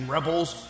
Rebels